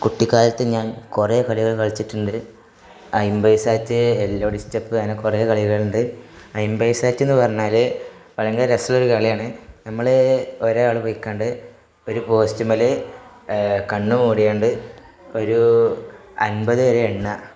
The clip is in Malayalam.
കുട്ടിക്കാലത്ത് ഞാൻ കുറേ കളികൾ കളിച്ചിട്ടുണ്ട് അയിമ്പയി സാറ്റ് എല്ലൊടി സ്റ്റെപ്പ് അങ്ങനെ കുറേ കളികളുണ്ട് അയിമ്പയി സാറ്റ് എന്നു പറഞ്ഞാല് ഭയങ്കര രസമുള്ള കളിയാണ് നമ്മള് ഒരാള് പോയിക്കാണ്ട് ഒരു പോസ്റ്റുമ്മല് കണ്ണു മൂടികണ്ട് ഒരു അൻപത് വരെ എണ്ണുക